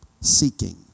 Seeking